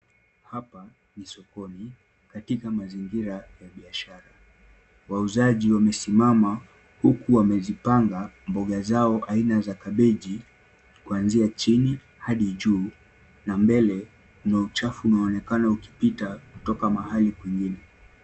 Hapa ni sokoni katika mazingira ya biashara, wauzaji wamesimama huku wamezipanga mboga zao aina za kabeji kuanzia chini hadi juu na mbele kuna uchafu unaoonekana ukipita kutoka mahali kwingine.